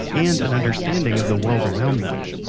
and an understanding of the world around them.